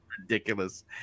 Ridiculous